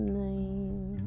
name